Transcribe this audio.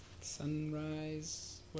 Sunrise